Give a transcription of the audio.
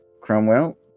Cromwell